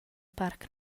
parc